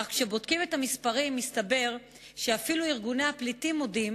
אך כשבודקים את המספרים מסתבר שאפילו ארגוני הפליטים מודים